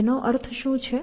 તેનો અર્થ શું છે